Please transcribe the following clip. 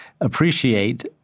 appreciate